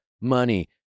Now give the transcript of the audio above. money